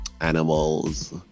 animals